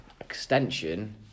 extension